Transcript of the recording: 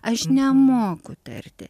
aš nemoku tarti